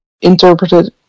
interpreted